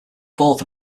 fourth